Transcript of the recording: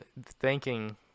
thanking